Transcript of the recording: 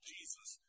Jesus